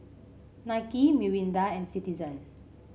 Nike Mirinda and Citizen